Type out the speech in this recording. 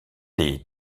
des